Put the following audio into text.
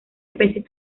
especies